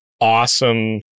awesome